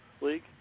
league